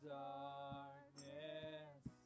darkness